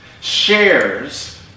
shares